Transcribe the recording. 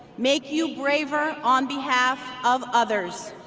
make you braver on behalf of others,